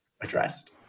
addressed